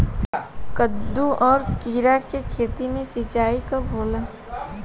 कदु और किरा के खेती में सिंचाई कब होला?